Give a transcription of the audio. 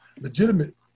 legitimate